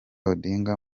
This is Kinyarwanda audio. odinga